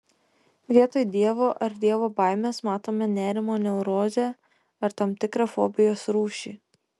vietoj dievo ar dievo baimės matome nerimo neurozę ar tam tikrą fobijos rūšį